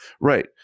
Right